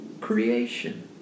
creation